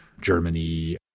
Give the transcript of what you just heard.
Germany